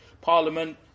Parliament